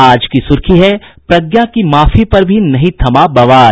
आज की सुर्खी है प्रज्ञा की माफी पर भी नहीं थमा बवाल